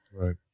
Right